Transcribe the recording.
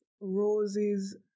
Rose's